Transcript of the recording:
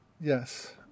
Yes